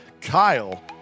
Kyle